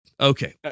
Okay